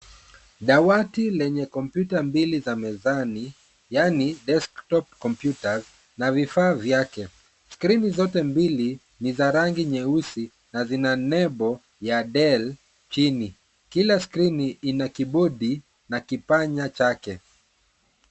Dawati lenye kompyuta mbili za mezani, yaani desktop computers , na vifaa vyake. Skrini zote mbili ni za rangi nyeusi na zina nembo ya Dell, chini. Kila skrini ina kibodi na kipanya chake.